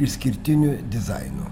išskirtiniu dizainu